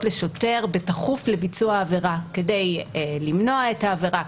לשוטר בתכוף לביצוע העבירה כדי למנוע את העבירה,